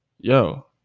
yo